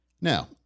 Now